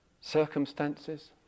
circumstances